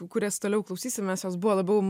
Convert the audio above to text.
kurias toliau klausysimės jos buvo labiau